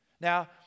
Now